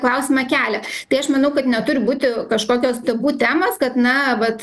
klausimą kelia tai aš manau kad neturi būti kažkokios tabu temos kad na vat